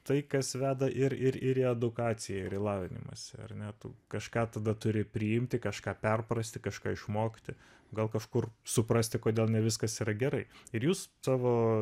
tai kas veda ir ir ir į edukaciją ir į lavinimąsi ar ne tu kažką tada turi priimti kažką perprasti kažką išmokti gal kažkur suprasti kodėl ne viskas yra gerai ir jūs savo